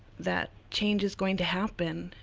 that change is going to happen.